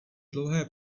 dlouhé